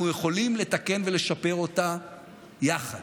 אנחנו יכולים לתקן ולשפר אותה יחד,